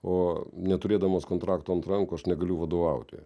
o neturėdamas kontrakto ant rankų aš negaliu vadovauti